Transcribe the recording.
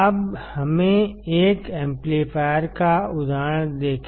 अब हमें एक एम्पलीफायर का उदाहरण देखें